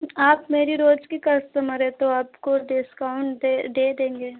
आप मेरी रोज़ की कस्टमर है तो आपको डिस्काउंट दे दे देंगे